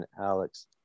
alex